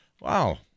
Wow